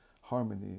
harmony